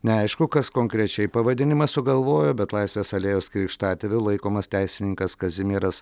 neaišku kas konkrečiai pavadinimą sugalvojo bet laisvės alėjos krikštatėviu laikomas teisininkas kazimieras